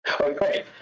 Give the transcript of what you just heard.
Okay